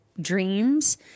dreams